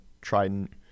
trident